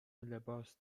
لباس